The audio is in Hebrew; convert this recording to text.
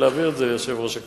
להעביר את זה ליושב-ראש הכנסת.